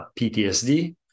PTSD